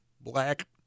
black